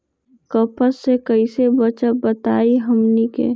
कपस से कईसे बचब बताई हमनी के?